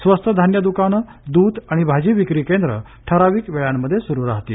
स्वस्त धान्य दुकानं दुध आणि भाजी विक्री केंद्रे ठराविक वेळांमध्ये सुरू राहतील